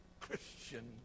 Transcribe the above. Christian